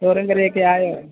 ചോറും കറിയുമൊക്കെ ആയോ